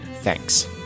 Thanks